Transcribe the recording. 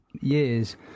years